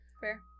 Fair